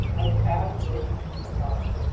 i added those two times.